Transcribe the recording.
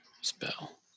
spell